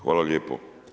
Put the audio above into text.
Hvala lijepo.